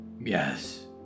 Yes